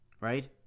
Right